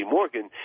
Morgan